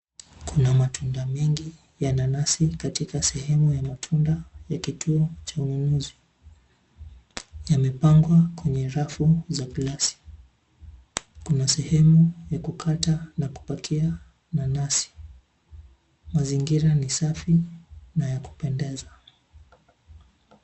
Kuna matunda mengi ya nanasi katika sehemu ya matunda ya kituo cha ununuzi. Yamepangwa kwenye rafu za plasi. Kuna sehemu ya kukata na kupakia nanasi. Mazingira ni safi na ya kupendeza.